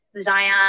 Zion